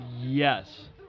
Yes